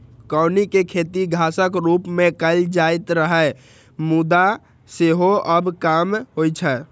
कौनी के खेती घासक रूप मे कैल जाइत रहै, मुदा सेहो आब कम होइ छै